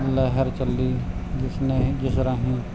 ਲਹਿਰ ਚੱਲੀ ਜਿਸਨੇ ਜਿਸ ਰਾਹੀਂ